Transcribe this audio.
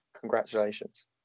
congratulations